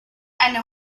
eine